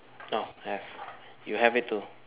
ah have you have it too